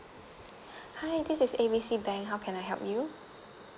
hi this is A B C bank how can I help you